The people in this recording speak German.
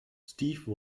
steve